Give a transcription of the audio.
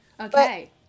Okay